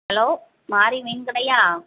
hello Mari மீன் கடையா